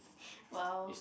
!wow!